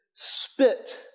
spit